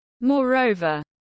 Moreover